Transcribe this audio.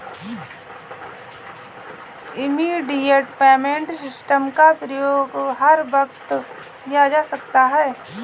immediate payment system का प्रयोग हर वक्त किया जा सकता है